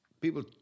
people